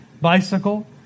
bicycle